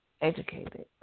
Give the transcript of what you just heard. educated